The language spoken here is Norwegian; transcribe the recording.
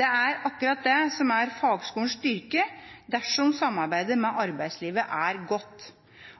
Det er akkurat det som er fagskolenes styrke dersom samarbeidet med arbeidslivet er godt.